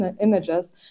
images